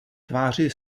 tváři